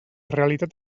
realitat